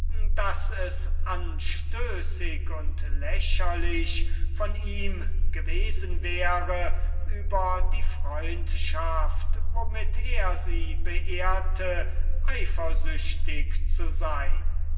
daß es anstößig und lächerlich gewesen wäre über die freundschaft womit er sie beehrte eifersüchtig zu sein